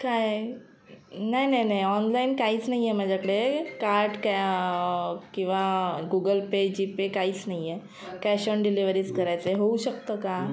काय नाही नाही नाही ऑनलाईन काहीच नाहीये माझ्याकडे कार्ट कॅ किंवा गुगल पे जीपे काहीच नाही आहे कॅश ऑन डिलिव्हरीच करायचं आहे होऊ शकतं का